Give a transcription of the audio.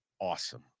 awesome